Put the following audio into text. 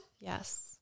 Yes